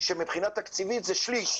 שמבחינה תקציבית זה שליש.